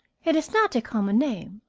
it is not a common name,